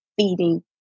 feeding